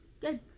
Good